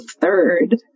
third